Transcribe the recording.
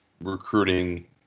recruiting